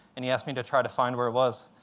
and he asked me to try to find where it was.